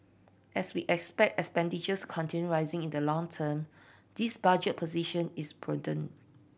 as we expect expenditures continue rising in the long term this budget position is prudent